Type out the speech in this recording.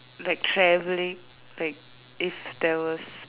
like traveling like if there was